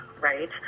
right